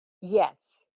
Yes